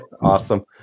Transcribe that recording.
Awesome